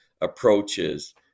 approaches